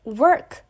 ,work